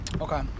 okay